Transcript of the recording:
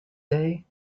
day